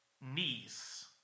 niece